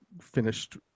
finished